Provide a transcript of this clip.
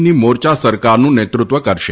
ની મોરયા સરકારનું નેતૃત્વ કરશે